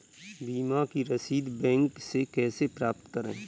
बीमा की रसीद बैंक से कैसे प्राप्त करें?